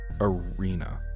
arena